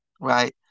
right